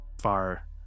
far